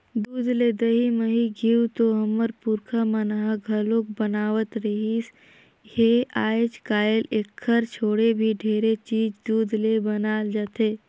दूद ले दही, मही, घींव तो हमर पूरखा मन ह घलोक बनावत रिहिस हे, आयज कायल एखर छोड़े भी ढेरे चीज दूद ले बनाल जाथे